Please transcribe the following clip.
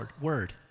word